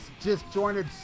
disjointed